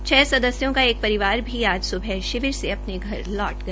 छः सदस्यों का एक परिवार आज सुबह शिवर से अपने घर लौट गया